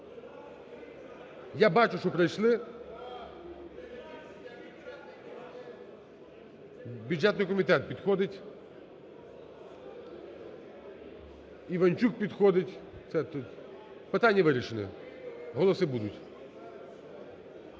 Я бачу, що прийшли. Бюджетний комітет підходить. Іванчук підходить. Питання вирішене, голоси будуть.